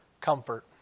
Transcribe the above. comfort